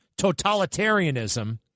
totalitarianism